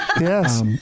yes